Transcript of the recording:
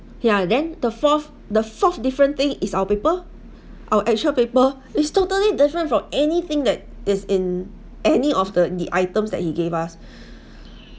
ya then the fourth the fourth different thing is our paper our actual paper it's totally different from anything that is in any of the the items that he gave us